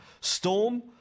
Storm